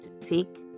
take